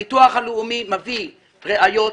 הביטוח הלאומי מביא ראיות,